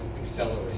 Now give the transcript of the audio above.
accelerate